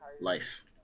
life